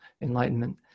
enlightenment